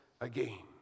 again